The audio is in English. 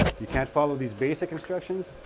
you can't follow these basic instructions?